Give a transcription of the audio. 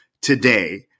today